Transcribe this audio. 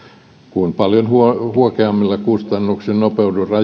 kun paljon huokeammilla kustannuksilla